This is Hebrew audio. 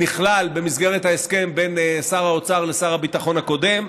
נכלל במסגרת ההסכם בין שר האוצר לשר הביטחון הקודם,